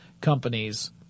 companies